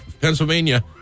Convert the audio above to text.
pennsylvania